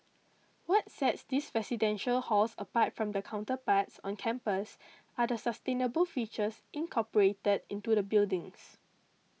what sets these residential halls apart from their counterparts on campus are the sustainable features incorporated into the buildings